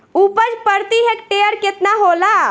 उपज प्रति हेक्टेयर केतना होला?